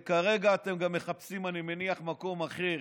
וכרגע אני מניח שאתם מחפשים מקום אחר